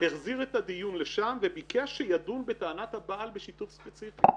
הוא החזיר את הדיון לשם וביקש שידון בטענת הבעל בשיתוף ספציפי.